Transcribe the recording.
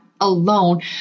alone